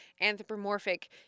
anthropomorphic